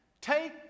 Take